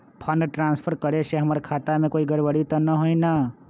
Fund transfer करे से हमर खाता में कोई गड़बड़ी त न होई न?